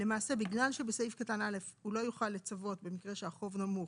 למעשה בגלל שבסעיף קטן (א) הוא לא יוכל לצוות במקרה שהחוב נמוך,